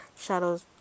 shadows